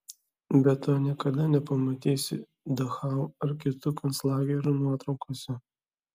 bet to niekada nepamatysi dachau ar kitų konclagerių nuotraukose